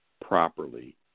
properly